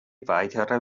weitere